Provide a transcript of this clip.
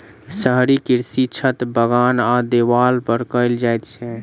शहरी कृषि छत, बगान आ देबाल पर कयल जाइत छै